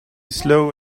slow